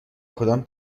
کدام